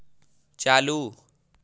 चालू